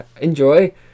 Enjoy